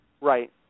Right